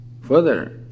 Further